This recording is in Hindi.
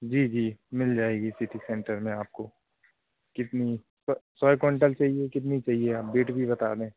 जी जी मिल जाएगी सिटी सेंटर में आपको कितनी सौ क्वेंटल चाहिए कितनी चाहिए आप बिड भी बता दें